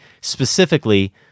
specifically